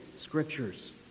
Scriptures